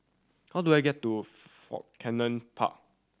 how do I get to Fort Canning Park